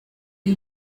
dei